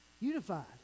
unified